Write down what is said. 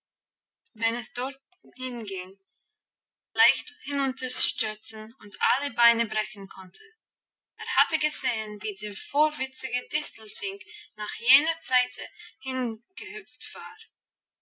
wenn es dorthin ging leicht hinunterstürzen und alle beine brechen konnte er hatte gesehen wie der vorwitzige distelfink nach jener seite hin gehüpft war